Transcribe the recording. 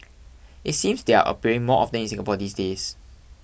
it seems they're appearing more often in Singapore these days